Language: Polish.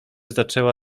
zaczęła